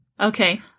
Okay